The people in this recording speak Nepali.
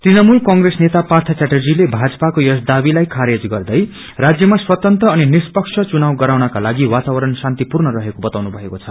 तृणमूल कंप्रेस नेता पार्गी चर्अजीले भाजपाको यस दावीलाई खारेज गर्दै राज्यमा स्वतंत्र अनि निष्पक्ष चुनाव गराउनका लागि वातावरण शानित्पूर्ण रहेको बताउनु भएको छ